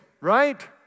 right